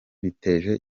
biteje